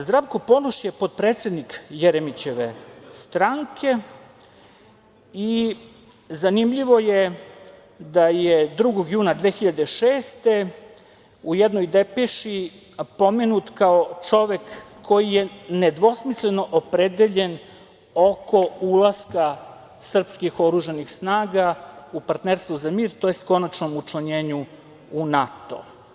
Zdravko Ponoš je potpredsednik Jeremićeve stranke i zanimljivo je da je 2. juna 2006. godine u jednoj depeši pomenut kao čovek koji je nedvosmisleno opredeljen oko ulaska srpskih oružanih snaga u Partnerstvo za mir tj. konačnom učlanjenju u NATO.